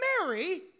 Mary